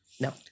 No